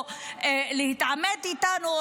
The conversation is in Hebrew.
או להתעמת איתנו,